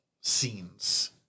scenes